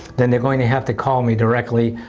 then they are going to have to call me directly,